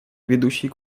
ведущий